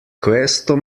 questo